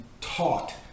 taught